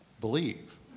believe